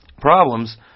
problems